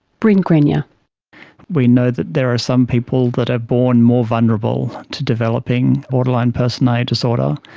brin grenyer we know that there are some people that are born more vulnerable to developing borderline personality disorder,